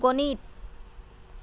গণিত